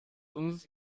uns